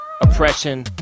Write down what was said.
oppression